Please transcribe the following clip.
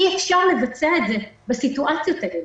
אי-אפשר לבצע את זה בסיטואציות האלה,